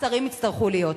והשרים יצטרכו להיות פה.